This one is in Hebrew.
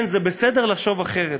כן, זה בסדר לחשוב אחרת.